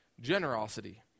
generosity